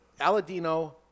Aladino